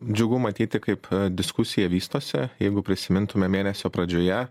džiugu matyti kaip diskusija vystosi jeigu prisimintume mėnesio pradžioje